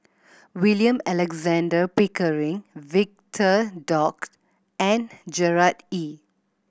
William Alexander Pickering Victor Doggett and Gerard Ee